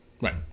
Right